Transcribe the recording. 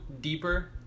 deeper